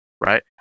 right